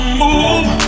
move